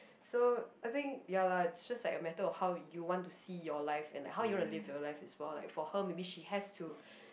so I think ya lah it's just like a matter of how you want to see your life and how you wanna live your life as well like for her maybe she has to